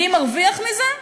מי מרוויח מזה?